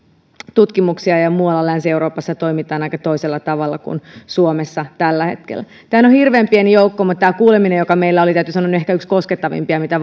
tutkimuksia muualla länsi euroopassa toimitaan aika toisella tavalla kuin suomessa tällä hetkellä täällä on hirveän pieni joukko mutta täytyy sanoa että tämä kuuleminen joka meillä oli oli yksi koskettavimpia mitä